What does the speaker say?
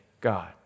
God